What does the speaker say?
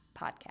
podcast